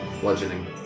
Bludgeoning